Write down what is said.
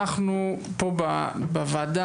אנחנו פה בוועדה,